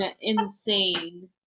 Insane